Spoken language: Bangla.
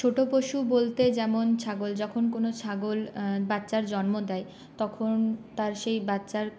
ছোটো পশু বলতে যেমন ছাগল যখন কোনো ছাগল বাচ্চার জন্ম দেয় তখন তার সেই বাচ্চার